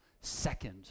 second